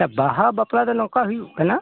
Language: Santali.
ᱵᱟᱦᱟ ᱵᱟᱯᱞᱟ ᱫᱚ ᱱᱚᱝᱠᱟ ᱦᱩᱭᱩᱜ ᱠᱟᱱᱟ